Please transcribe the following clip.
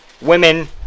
women